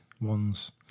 ones